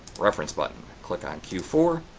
reference button click on q four